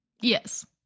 yes